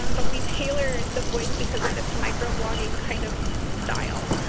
um but we tailor the voice because of its microblogging kind of style.